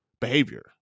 behavior